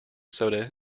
soda